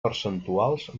percentuals